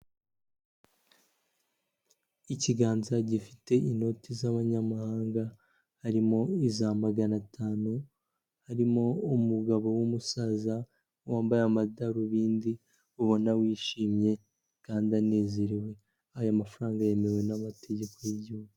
Ikiganza gifite inoti z'abanyamahanga harimo iza magana atanu, harimo umugabo w'umusaza wambaye amadarubindi ubona wishimye kandi anezerewe. Aya mafaranga yemewe n'amategeko y'igihugu.